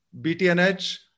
BTNH